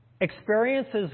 Experiences